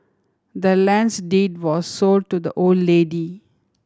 the land's deed was sold to the old lady